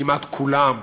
כמעט כולם,